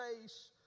face